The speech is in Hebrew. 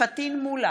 שרן מרים השכל, נגד